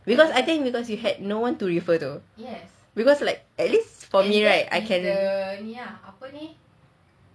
because I think because you had no one to refer though because at least for me right